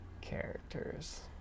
characters